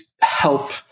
help